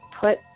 put